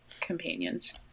companions